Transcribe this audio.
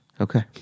Okay